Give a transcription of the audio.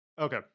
Okay